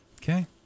Okay